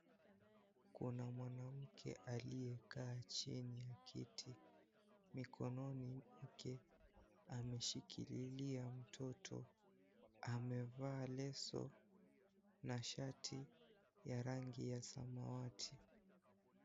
Kuna mwanmke aliyekaa chini ya kiti, mikononi mwake ameshikililia mtoto. Amevaa leso na shati ya rangi ya samawati.